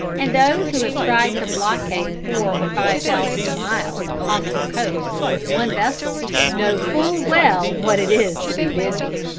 and those who have tried to blockade four or five thousand miles of hostile coast with one vessel know full well what it is to be busy.